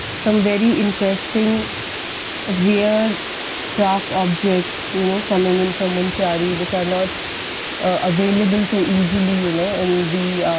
some very interesting rare craft objects you know, coming-in from munsiyari, which are not available, so easily, you know, in the